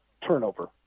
turnover